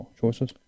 choices